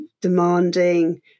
demanding